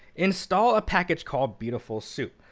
install a package called beautiful soup.